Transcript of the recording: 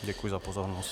Děkuji za pozornost.